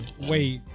wait